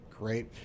Great